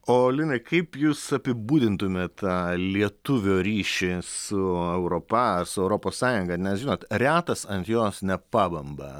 o linai kaip jūs apibūdintumėt tą lietuvio ryšį su europa su europos sąjunga nes žinot retas ant jos nepabamba